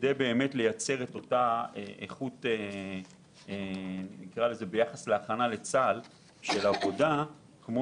כדי לייצר איכות ביחס להכנה לצה"ל בדיוק כמו